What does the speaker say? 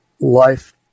life